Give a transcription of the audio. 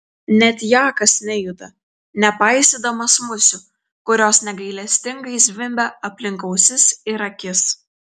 net jakas nejuda nepaisydamas musių kurios negailestingai zvimbia aplink ausis ir akis